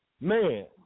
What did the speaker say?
Man